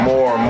More